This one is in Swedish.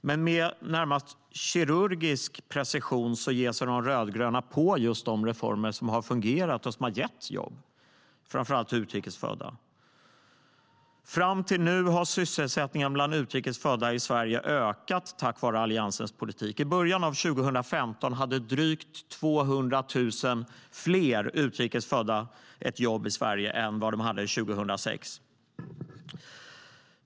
Men med närmast kirurgisk precision ger sig de rödgröna på just de reformer som har fungerat och som har gett jobb, framför allt till utrikes födda. Fram till nu har sysselsättningen i Sverige bland utrikes födda ökat, tack vare Alliansens politik. I början av 2015 hade drygt 200 000 fler utrikes födda ett jobb i Sverige än 2006.